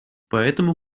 поэтому